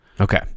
Okay